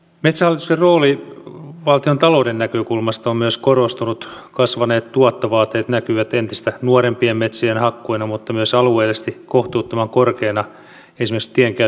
metsähallituksen rooli valtiontalouden näkökulmasta on myös korostunut kasvaneet tuottovaateet näkyvät entistä nuorempien metsien hakkuina mutta myös alueellisesti esimerkiksi kohtuuttoman korkeina tienkäyttömaksuina